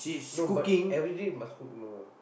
no but everyday must cook know